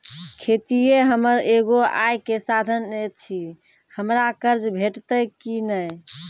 खेतीये हमर एगो आय के साधन ऐछि, हमरा कर्ज भेटतै कि नै?